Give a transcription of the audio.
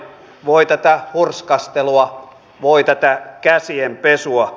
voi tätä hurskastelua voi tätä käsien pesua